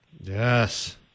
Yes